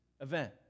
event